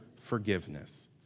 forgiveness